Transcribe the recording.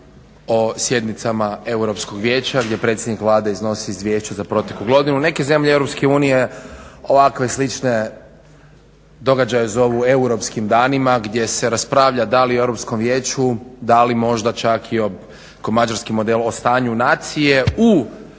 o sjednicama Europskog vijeća gdje predsjednik Vlade iznosi izvješće za proteklu godinu. Neke zemlje EU ovakve slične događaje zovu europskim danima gdje se raspravlja da li u Europskom vijeću, da li možda čak ko i Mađarski model u stanju nacije u